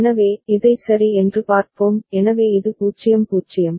எனவே இதை சரி என்று பார்ப்போம் எனவே இது 0 0